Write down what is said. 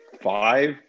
five